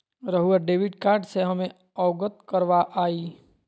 रहुआ debit card से हमें अवगत करवाआई?